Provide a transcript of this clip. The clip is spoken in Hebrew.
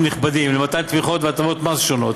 נכבדים למתן תמיכות והטבות מס שונות,